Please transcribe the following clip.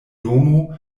domo